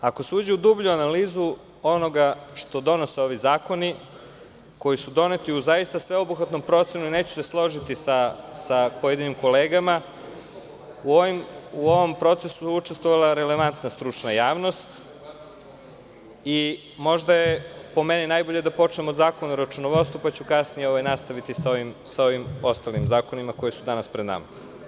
Ako se uđe u dublju analizu onoga što donose ovi zakoni koji su doneti u zaista sveobuhvatnom procesu i neću se složiti sa pojedinim kolegama, u ovom procesu učestvovala je relevantna stručna javnost i možda je, po meni, najbolje da počnemo od zakona o računovodstvu, pa ću kasnije nastaviti sa ostalim zakonima koji su danas pred nama.